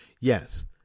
Yes